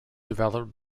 developed